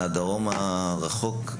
מהדרום הרחוק,